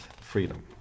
freedom